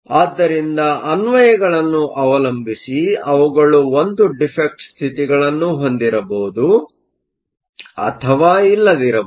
ಆದ್ದರಿಂದ ಅನ್ವಯಗಳನ್ನು ಅವಲಂಬಿಸಿ ಅವುಗಳು ಒಂದು ಡಿಫೆಕ್ಟ್Defect ಸ್ಥಿತಿಗಳನ್ನು ಹೊಂದಿರಬಹುದು ಅಥವಾ ಇಲ್ಲದಿರಬಹುದು